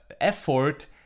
effort